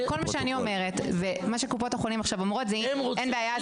כל מה שאני אומרת ומה שקופות החולים אומרות זה שאין בעיה,